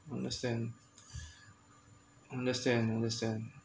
understand understand understand